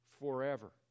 forever